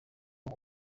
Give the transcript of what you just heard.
ngo